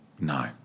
No